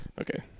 Okay